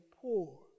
poor